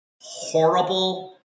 horrible